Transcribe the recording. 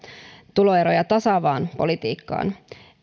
tuloeroja tasaavaan politiikkaan